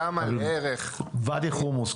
שם בערך --- ואדי חומוס,